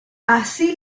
así